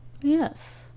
yes